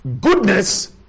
goodness